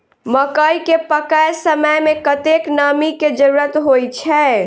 मकई केँ पकै समय मे कतेक नमी केँ जरूरत होइ छै?